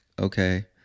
okay